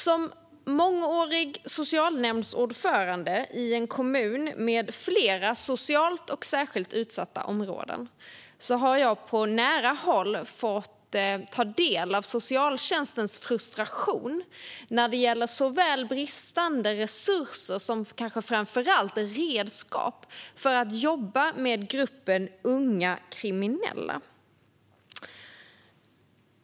Som mångårig socialnämndsordförande i en kommun med flera socialt och särskilt utsatta områden har jag på nära håll fått ta del av socialtjänstens frustration när det gäller såväl bristande resurser som, kanske framför allt, redskap för att jobba med gruppen unga kriminella.